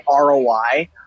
ROI